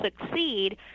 succeed